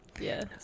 Yes